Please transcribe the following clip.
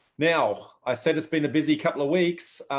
now, i said it's been a busy couple of weeks.